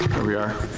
here we are.